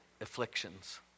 afflictions